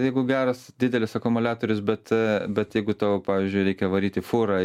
jeigu geras didelis akumuliatorius bet bet jeigu tau pavyzdžiui reikia varyti fūrą